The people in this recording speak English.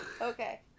Okay